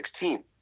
2016